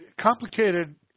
Complicated